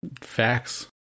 Facts